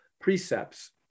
precepts